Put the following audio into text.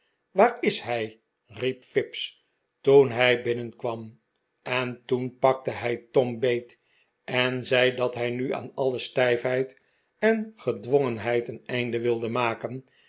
waar is hij riep fips toen hij hinnenkwam en toen pakte hij tom beet en zei dat hij nu aan alle stijfheid en gedwongenheid een einde wilde maken